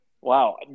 Wow